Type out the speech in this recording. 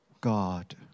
God